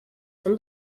from